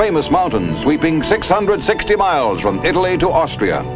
famous mountains sweeping six hundred sixty miles from italy to austria